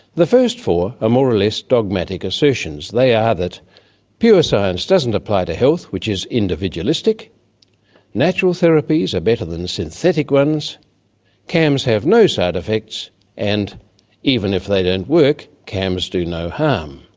the first four are more or less dogmatic assertions. they are that pure science doesn't apply to health which is individualistic natural therapies are better than synthetic ones cams have no side effects and even if they don't work cams do no harm.